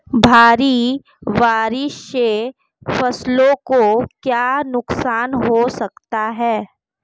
भारी बारिश से फसलों को क्या नुकसान हो सकता है?